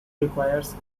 requires